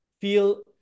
feel